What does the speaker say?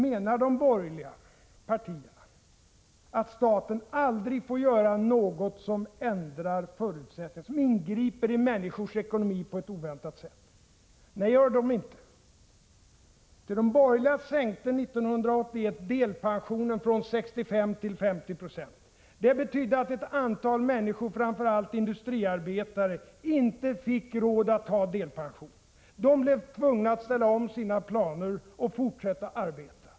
Menar de borgerliga att staten aldrig får göra någonting som ändrar förutsättningarna, som ingriper i människornas ekonomi på ett oväntat sätt? Nej, det menar de inte. De borgerliga sänkte 1981 delpensionen från 65 till 50 26. Det betydde att ett antal människor, framför allt industriarbetare, inte fick råd att ha delpension. De blev tvungna att ställa in sina planer och fortsätta att arbeta.